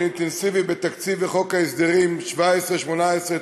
אינטנסיבי בתקציב ובחוק ההסדרים 2017 2018,